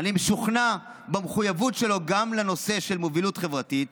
אני משוכנע במחויבות שלו גם לנושא של מוביליות חברתית.